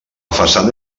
façana